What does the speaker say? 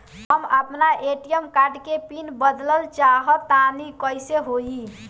हम आपन ATM card के पीन बदलल चाहऽ तनि कइसे होई?